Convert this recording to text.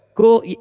cool